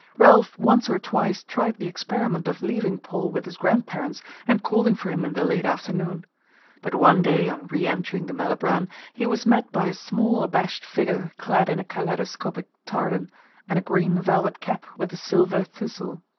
ralph once or twice tried the experiment of leaving paul with his grand-parents and calling for him in the late afternoon but one day, on re-entering the malibran, he was met by a small abashed figure clad in a kaleidoscopic tartan and a green velvet cap with a silver thistle.